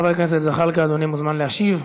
חבר הכנסת זחאלקה, אדוני מוזמן להשיב.